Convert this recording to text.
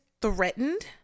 Threatened